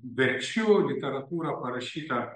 verčiu literatūrą parašytą